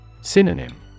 Synonym